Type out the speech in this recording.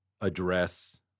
address